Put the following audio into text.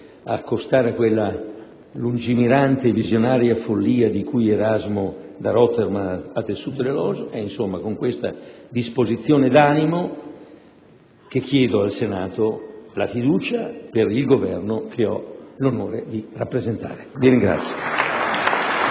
accostare a quella lungimirante e visionaria follia di cui Erasmo da Rotterdam ha tessuto l'elogio, con questa disposizione d'animo chiedo al Senato la fiducia per il Governo che ho l'onore di rappresentare. *(Vivi,